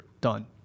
done